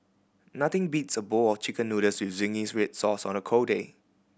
nothing beats a bowl of Chicken Noodles with zingy red sauce on a cold day